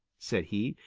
said he.